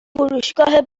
فروشگاه